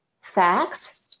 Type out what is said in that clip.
facts